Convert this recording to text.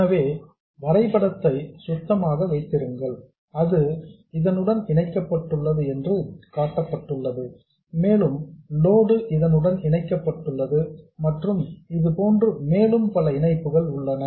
எனவே வரைபடத்தை சுத்தமாக வைத்திருங்கள் அது இதனுடன் இணைக்கப்பட்டுள்ளது என்று காட்டப்பட்டுள்ளது மேலும் லோடு இதனுடன் இணைக்கப்பட்டுள்ளது மற்றும் இது போன்று மேலும் பல இணைப்புகள் உள்ளன